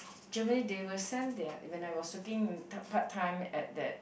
Germany they will send their when I was working part time at that